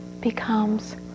becomes